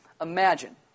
imagine